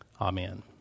Amen